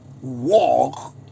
walk